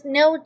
no